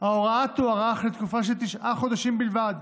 ההוראה תוארך לתקופה של תשעה חודשים בלבד,